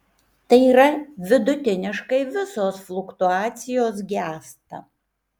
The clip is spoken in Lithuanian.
tai yra vidutiniškai visos fluktuacijos gęsta